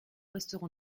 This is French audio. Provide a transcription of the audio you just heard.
resterons